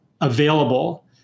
available